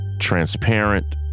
transparent